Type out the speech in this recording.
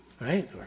right